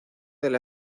del